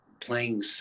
playing